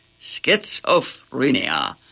Schizophrenia